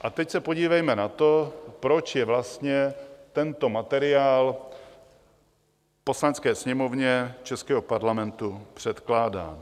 A teď se podívejme na to, proč je vlastně tento materiál Poslanecké sněmovně českého Parlamentu předkládán.